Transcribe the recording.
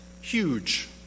huge